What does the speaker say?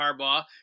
Harbaugh